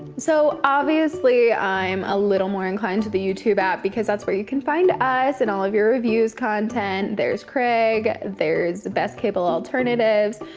so obviously i'm a little more inclined to the youtube app because that's where you can find us and all of your reviews content. there's craig. there's the best cable alternatives.